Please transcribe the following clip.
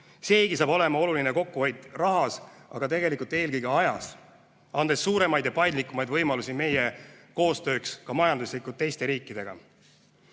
Seegi saab olema oluline kokkuhoid rahas, aga tegelikult eelkõige ajas, andes suuremaid ja paindlikumaid võimalusi meie majanduskoostööks teiste riikidega.